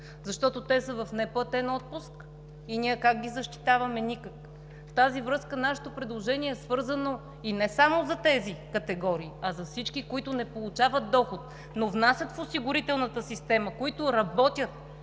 защото те са в неплатен отпуск и ние как ги защитаваме? Никак! В тази връзка нашето предложение е свързано, и не само за тези категории, а за всички, които не получават доход, но внасят в осигурителната система, които работят